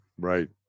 Right